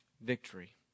victory